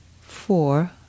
four